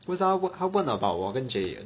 为什么他问他问 about 我跟 Jayen